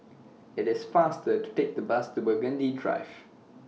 IT IS faster to Take The Bus to Burgundy Drive